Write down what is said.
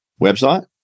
website